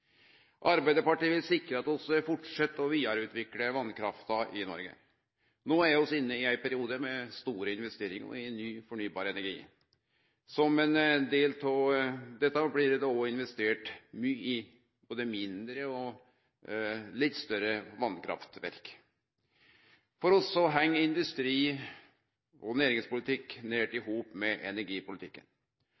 Arbeidarpartiet vil sikre at vi fortset å vidareutvikle vasskrafta i Noreg. Vi er inne i ein periode med store investeringar i ny fornybar energi. Som ein del av dette blir det òg investert mykje i både mindre og litt større vasskraftverk. For oss heng industri- og næringspolitikk nært i